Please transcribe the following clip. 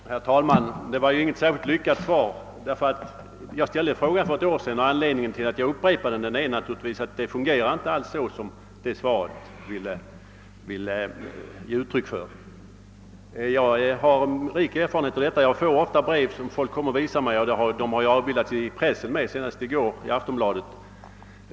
Herr talman! Det var inte något särskilt lyckat svar. Jag ställde samma fråga för ett år sedan, och anledningen till att jag upprepar den är naturligtvis att systemet inte fungerar. Jag har rik erfarenhet eftersom folk ofta visar mig brev som de fått — sådana har även avbildats i tidningarna, senast i går i Aftonbladet.